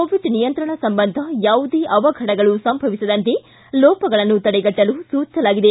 Covid ನಿಯಂತ್ರಣ ಸಂಬಂಧಿ ಯಾವುದೇ ಅವಘಡಗಳು ಸಂಭವಿಸದಂತೆ ಲೋಪಗಳನ್ನು ತಡೆಗಟ್ಟಲು ಸೂಚಿಸಲಾಗಿದೆ